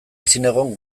ezinegon